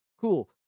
cool